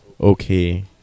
Okay